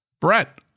Brett